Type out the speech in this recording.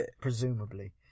Presumably